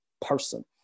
person